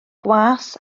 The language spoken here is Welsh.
gwas